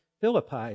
Philippi